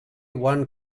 one